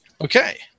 Okay